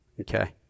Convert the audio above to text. okay